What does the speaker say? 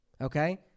okay